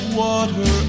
water